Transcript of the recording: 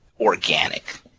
organic